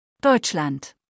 Deutschland